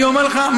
אני אומר לך,